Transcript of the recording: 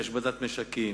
והשבתת משקים,